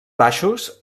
baixos